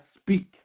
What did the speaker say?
speak